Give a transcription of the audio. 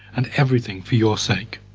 and everything, for your sake.